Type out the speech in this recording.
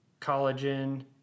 collagen